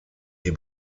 die